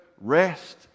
rest